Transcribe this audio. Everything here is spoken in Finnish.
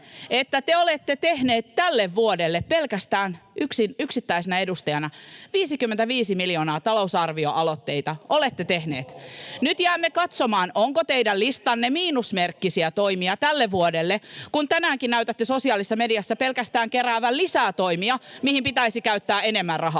Te olette tehnyt tälle vuodelle pelkästään yksittäisenä edustajana 55 miljoonan euron edestä talousarvioaloitteita. [Sosiaalidemokraattien ryhmästä: Ohhoh!] Nyt jäämme katsomaan, onko teidän listallanne miinusmerkkisiä toimia tälle vuodelle, kun tänäänkin näytätte sosiaalisessa mediassa keräävän pelkästään lisätoimia, mihin pitäisi käyttää enemmän rahaa.